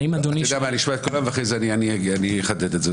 אני אשמע את כולם ואחרי זה אני אחדד את זה.